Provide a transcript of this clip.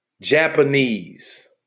Japanese